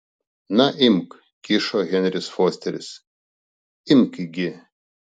na imk kišo henris fosteris imk gi